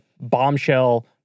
bombshell